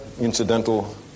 incidental